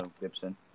Gibson